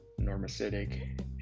normocytic